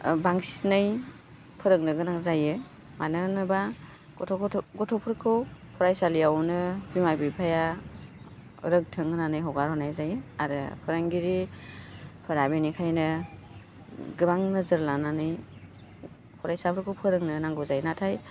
बांसिनै फोरोंनो गोनां जायो मानो होनोबा गथ' गथ' गथ'फोरखौ फरायसालियावनो बिमा बिफाया रोंथों होन्नानै हगार हरनाय जायो आरो फोरोंगिरिफोरा बिनिखायनो गोबां नोजोर लानानै फरायसाफोरखौ फोरोंनो नांगौ जायो नाथाय